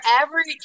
average